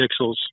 pixels